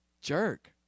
jerk